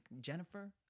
Jennifer